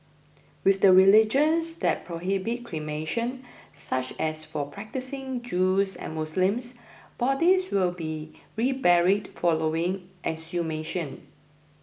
with the religions that prohibit cremation such as for practising Jews and Muslims bodies will be reburied following exhumation